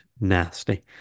nasty